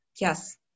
Yes